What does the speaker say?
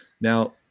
Now